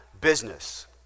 business